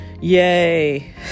Yay